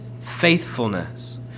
faithfulness